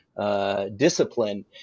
discipline